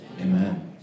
Amen